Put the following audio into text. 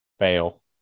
Fail